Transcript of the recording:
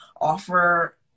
offer